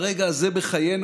ברגע הזה בחיינו,